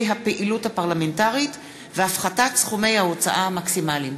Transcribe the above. הפעילות הפרלמנטרית והפחתת סכומי ההוצאה המקסימליים.